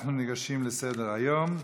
אנחנו חוזרים לסדר-היום: